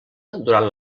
durant